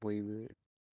बयबो